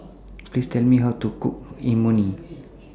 Please Tell Me How to Cook Imoni